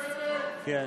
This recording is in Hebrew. טוב,